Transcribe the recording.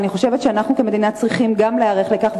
אני חושבת שאנחנו כמדינה צריכים גם להיערך לכך.